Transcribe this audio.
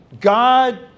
God